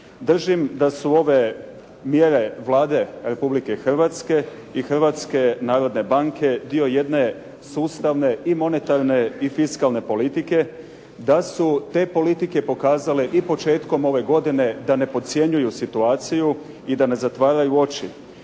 Držim da su ove mjere Vlade Republike Hrvatske i Hrvatske narodne banke dio jedne sustavne i monetarne i fiskalne politike, da su te politike pokazale i početkom ove godine da ne podcjenjuju situaciju i da ne zatvaraju oči.